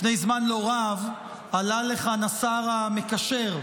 לפני זמן לא רב עלה לכאן השר המקשר.